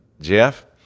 Jeff